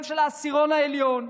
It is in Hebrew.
גם של העשירון העליון,